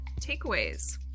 takeaways